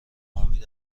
امید